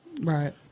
Right